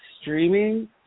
streaming